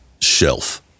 shelf